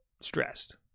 stressed